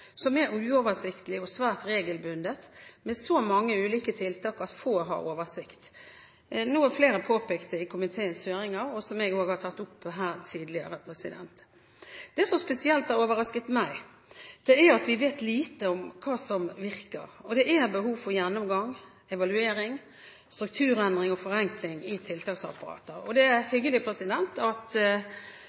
som er uoversiktlig og svært regelbundet, med så mange ulike tiltak at få har oversikt, noe flere påpekte i komiteens høringer, og som jeg også har tatt opp her tidligere. Det som spesielt har overrasket meg, er at vi vet lite om hva som virker. Det er behov for gjennomgang, evaluering, strukturendring og forenkling i tiltaksapparatet, og det er hyggelig at